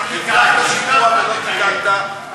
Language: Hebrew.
הבטחת שיפוע ולא קיימת,